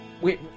wait